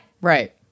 Right